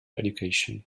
education